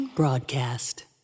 Broadcast